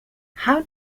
how